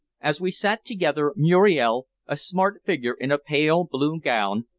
as we sat together muriel, a smart figure in a pale blue gown,